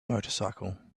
motorcycle